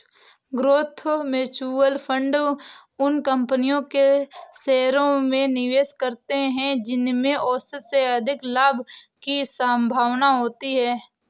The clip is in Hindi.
ग्रोथ म्यूचुअल फंड उन कंपनियों के शेयरों में निवेश करते हैं जिनमें औसत से अधिक लाभ की संभावना होती है